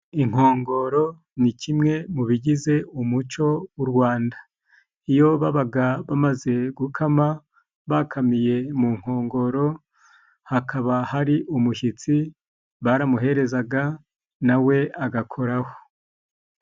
Inkongoro ni kimwe mu bigize umuco w' u Rwanda, iyo babaga bamaze gukama bakamiye mu nkongoro, hakaba hari umushyitsi, baramuherezaga na we agakoraho.